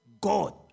God